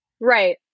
Right